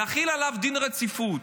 להחיל עליו דין רציפות